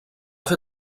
fer